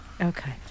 Okay